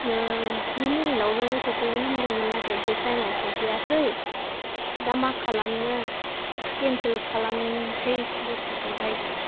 नोन जि मिनिटआवनो सौफैगोन होनदोंमोन नाथाय बे थाइमाव सफैयाखै दा मा खालामनो खेनसेल खालामसै बुस्थुखौहाय